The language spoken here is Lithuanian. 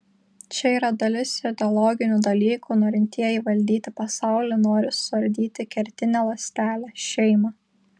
čia yra dalis ideologinių dalykų norintieji valdyti pasaulį nori suardyti kertinę ląstelę šeimą